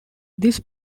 this